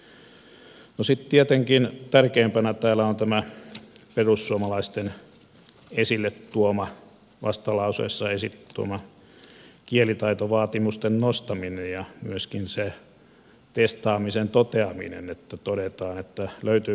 no sitten tietenkin tärkeimpänä täällä on tämä perussuomalaisten vastalauseessa esille tuoma kielitaitovaatimusten nostaminen ja myöskin se testaamisen toteaminen että todetaan löytyykö sitä kielitaitoa